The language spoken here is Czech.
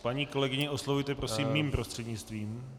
Paní kolegyni oslovujte prosím mým prostřednictvím.